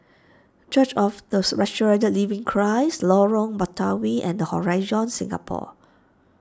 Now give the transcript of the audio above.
Church of the Resurrected Living Christ Lorong Batawi and Horizon Singapore